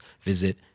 visit